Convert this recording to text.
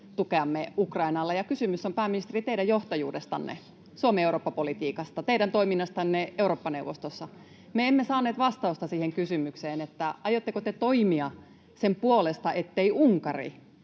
tukeamme Ukrainalle. Kysymys on, pääministeri, teidän johtajuudestanne, Suomen Eurooppa-politiikasta, teidän toiminnastanne Eurooppa-neuvostossa. Me emme saaneet vastausta siihen kysymykseen, että aiotteko te toimia sen puolesta, ettei Unkarista,